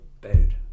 bed